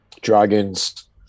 Dragons